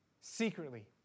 secretly